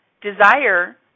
desire